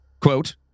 quote